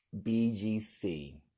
BGC